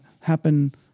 happen